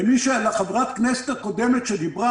לחברת הכנסת הקודמת שדיברה,